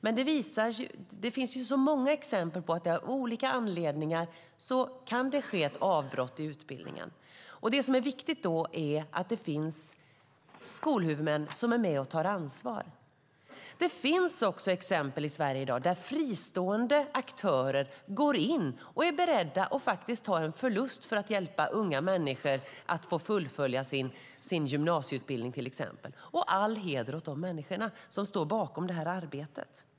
Men det finns så många exempel på att det av olika anledningar kan ske ett avbrott i utbildningen. Det som är viktigt då är att det finns skolhuvudmän som är med och tar ansvar. Det finns också exempel i Sverige i dag på fristående aktörer som går in och är beredda att ta en förlust för att hjälpa unga människor att få fullfölja till exempel sin gymnasieutbildning. Och all heder åt de människor som står bakom det här arbetet.